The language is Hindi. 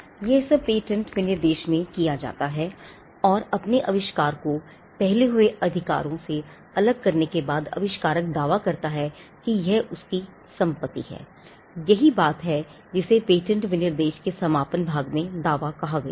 यह सब पेटेंट विनिर्देश में किया जाता है और अपने अविष्कार को पहले हुए अधिकारों से अलग करने के बाद आविष्कारक दावा करता है कि यह उसकी अपनी संपत्ति है यही वह बात है जिसे पेटेंट विनिर्देश के समापन भाग में दावा कहा गया है